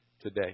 today